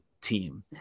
team